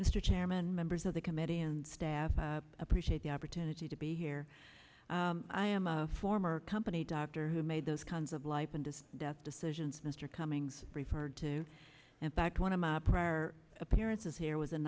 mr chairman members of the committee and staff i appreciate the opportunity to be here i am a former company doctor who made those kinds of life and death decisions mr cummings referred to in fact one of my prior appearances here was in